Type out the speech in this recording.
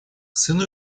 сын